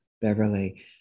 Beverly